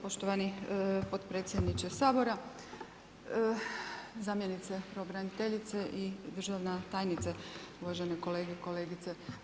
Poštovani potpredsjedniče Sabora, zamjenice pravobraniteljice i državna tajnice, uvažene kolege i kolegice.